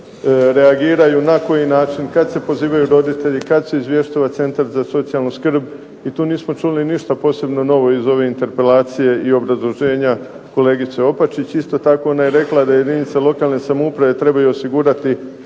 reagiraju na koji način, kad se pozivaju roditelji, kad se izvještava Centar za socijalnu skrb i tu nismo čuli ništa posebno novo iz ove interpelacije i obrazloženja kolegice Opačić. Isto tako, ona je rekla da jedinice lokalne samouprave trebaju osigurati